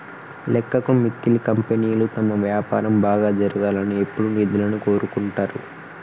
లెక్కకు మిక్కిలి కంపెనీలు తమ వ్యాపారం బాగా జరగాలని ఎప్పుడూ నిధులను కోరుకుంటరు